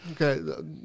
Okay